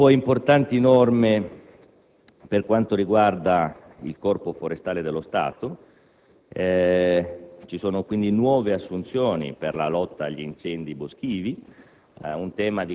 Ci sono poi importanti norme per quanto riguarda il Corpo forestale dello Stato, con la previsione di nuove assunzioni per la lotta agli incendi boschivi,